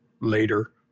later